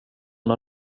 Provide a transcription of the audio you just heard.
när